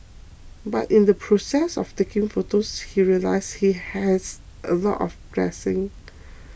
but in the process of taking photos he realised he had a lot of blessings